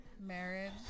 marriage